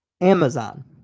Amazon